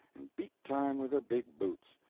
and beat time with their big boots.